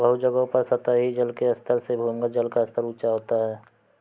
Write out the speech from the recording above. बहुत जगहों पर सतही जल के स्तर से भूमिगत जल का स्तर ऊँचा होता है